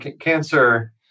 cancer